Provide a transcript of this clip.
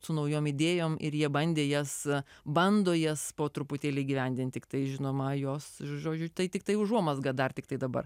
su naujom idėjom ir jie bandė jas bando jas po truputėlį įgyvendinti tiktai žinoma jos žodžiui tai tiktai užuomazga dar tiktai dabar